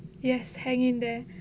yes hang in there